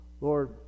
Lord